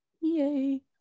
yay